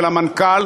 ולמנכ"ל,